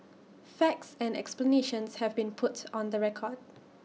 facts and explanations have been put on the record